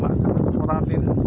ᱪᱟᱞᱟᱜ ᱠᱟᱱᱟ ᱠᱷᱚᱨᱟ ᱫᱤᱱ